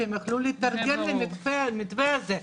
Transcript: כדי שהם יוכלו להתארגן למתווה הזה,